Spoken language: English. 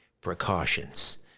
precautions